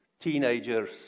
Teenagers